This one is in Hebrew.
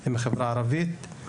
הם מהחברה הערבית,